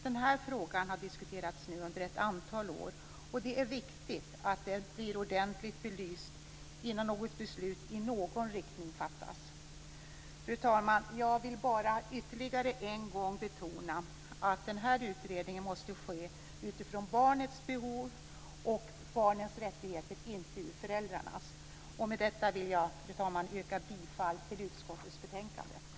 Den här frågan har nu diskuterats under ett antal år, och det är viktigt att den bli ordentligt belyst innan något beslut i någon riktning fattas. Fru talman! Jag vill bara ytterligare en gång betona att den här utredningen måste ske utifrån barnens behov och rättigheter och inte utifrån föräldrarnas behov och rättigheter. Fru talman! Med det anförda vill jag yrka bifall till hemställan i utskottets betänkande.